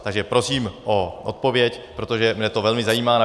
Takže prosím o odpověď, protože mě to velmi zajímá.